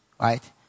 Right